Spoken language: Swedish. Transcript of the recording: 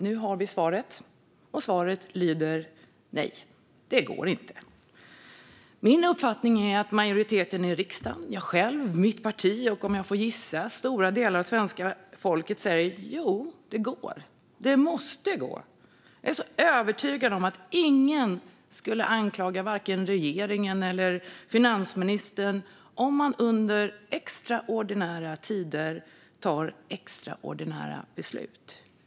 Nu har vi svaret, fru talman. Svaret lyder: Nej, det går inte. Min uppfattning är att majoriteten i riksdagen, jag själv, mitt parti och, om jag får gissa, stora delar av svenska folket säger att det går - det måste gå. Jag är övertygad om att ingen skulle anklaga regeringen eller finansministern om man i extraordinära tider tog extraordinära beslut.